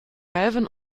melvin